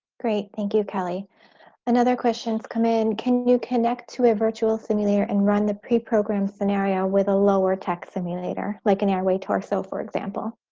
great thank you kelly another questions come in can you connect to a virtual simulator and run the pre-programmed scenario with a lower tech simulator like an airway torso? for example?